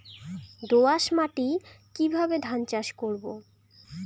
দোয়াস মাটি কিভাবে ধান চাষ করব?